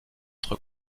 être